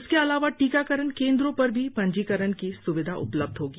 इसके अलावा टीकाकरण केन्द्रों पर भी पंजीकरण की सुविधा उपलब्ध होगी